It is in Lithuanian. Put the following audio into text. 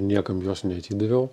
niekam jos neatidaviau